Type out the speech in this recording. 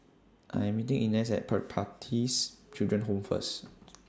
I'm meeting Ines At Pertapis Children Home First